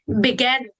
began